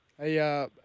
Hey